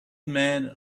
man